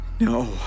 No